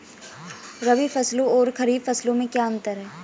रबी फसलों और खरीफ फसलों में क्या अंतर है?